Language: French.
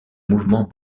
mouvement